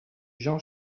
jean